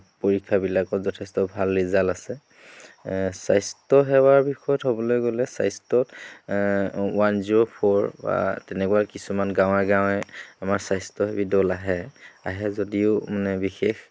পৰীক্ষাবিলাকত যথেষ্ট ভাল ৰিজাল্ট আছে স্বাস্থ্য সেৱাৰ বিষয়ত ক'বলৈ গ'লে স্বাস্থ্যত ৱান জিৰ' ফ'ৰ বা তেনেকুৱা কিছুমান গাঁৱে গাঁৱে আমাৰ স্বাস্থ্যসেৱী দল আহে আহে যদিও মানে বিশেষ